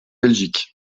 belgique